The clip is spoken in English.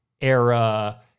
era